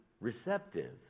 receptive